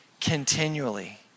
continually